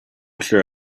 sure